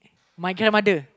my grandmother